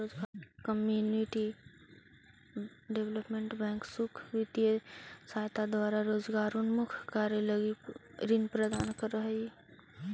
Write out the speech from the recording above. community development bank सुख वित्तीय सहायता द्वारा रोजगारोन्मुख कार्य लगी ऋण प्रदान करऽ हइ